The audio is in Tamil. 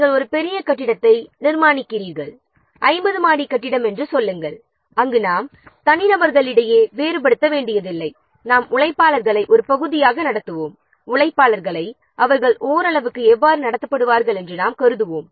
நீங்கள் ஒரு பெரிய கட்டிடத்தை நிர்மாணிக்கிறீர்கள் 50 மாடி கட்டிடம் என்று சொல்லுங்கள் அங்கு நாம் தனிநபர்களை வேறுபடுத்த வேண்டியதில்லை நாம் அனைத்து தொழிலாளர்களையும் ஒரே மாதிரியாக கருதுவோம்